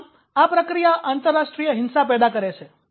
આમ આ પ્રક્રિયા આંતરરાષ્ટ્રીય હિંસા પેદા કરે છે